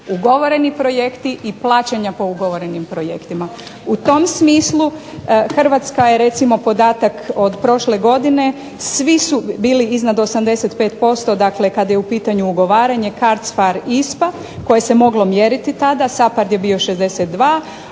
ugovoreni projekti i plaćanja po ugovorenim projektima. U tom smislu Hrvatska je podatak od prošle godine svi su bili iznad 85%, kada je u pitanju ugovaranje, CARDS, FAR, ISPA koje moglo mjeriti tada, SAPARD je bio 62,